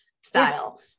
style